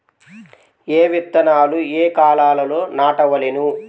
ఏ విత్తనాలు ఏ కాలాలలో నాటవలెను?